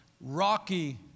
rocky